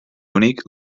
únic